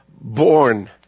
born